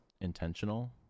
intentional